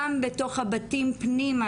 גם בתוך הבתים פנימה,